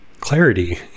clarity